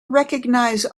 recognize